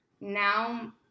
Now